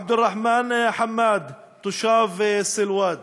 עבד אלרחמן חמאד, תושב סילואד,